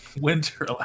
Winter